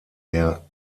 mehr